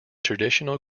traditional